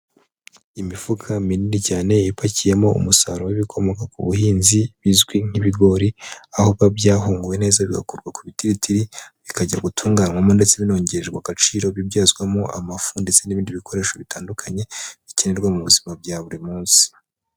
Imifuka minini cyane ipakiyemo umusaruro w'ibikomoka ku buhinzi bizwi nk'ibigori, aho biba byahunguwe neza bigakorwa ku bititiri, bikajya gutunganywamo ndetse binongererwa agaciro bibyazwamo amafu ndetse n'ibindi bikoresho bitandukanye bikenerwa mu buzima bya buri munsi.